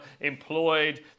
employed